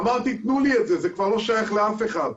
אמרתי, תנו לי את זה, זה כבר לא שייך לאף אחד.